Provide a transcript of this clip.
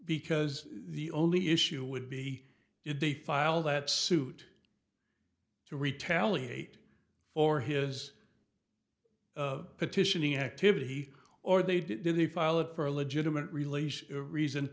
because the only issue would be if they file that suit to retaliate for his petitioning activity or they'd do they file it for a legitimate release reason